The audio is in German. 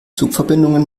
zugverbindungen